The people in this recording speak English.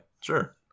sure